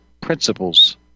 principles